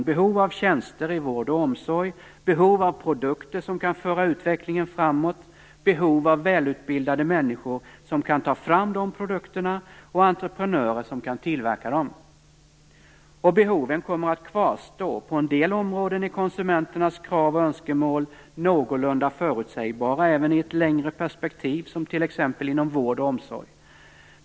Det finns ett behov av tjänster i vård och omsorg, behov av produkter som kan föra utvecklingen framåt, behov av välutbildade människor som kan ta fram de produkterna och av entreprenörer som kan tillverka dem. Behoven kommer att kvarstå. På en del områden är konsumenternas krav och önskemål någorlunda förutsägbara, även i ett längre perspektiv. Det gäller t.ex. vård och omsorg.